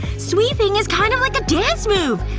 sweeping is kind of like a dance move!